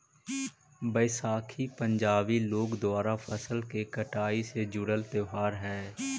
बैसाखी पंजाबी लोग द्वारा फसल के कटाई से जुड़ल त्योहार हइ